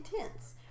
intense